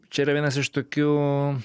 čia yra vienas iš tokių